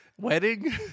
wedding